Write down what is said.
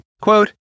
quote